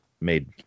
made